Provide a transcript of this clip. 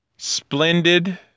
Splendid